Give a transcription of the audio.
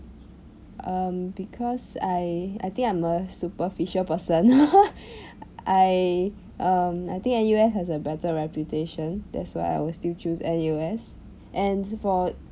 um because I I think I'm a superficial person I um I think N_U_S has a better reputation that's why I will still choose N_U_S and for